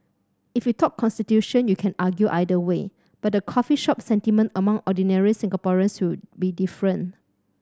if you talk constitution you can argue either way but the coffee shop sentiment among ordinary Singaporeans will be different